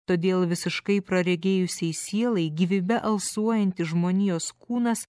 todėl visiškai praregėjusiai sielai gyvybe alsuojantis žmonijos kūnas